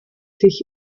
sich